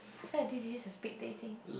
feel like this is a speed dating